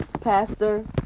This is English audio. Pastor